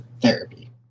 therapy